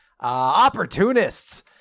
Opportunists